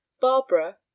barbara